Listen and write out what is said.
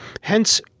Hence